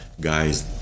guys